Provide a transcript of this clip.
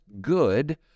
good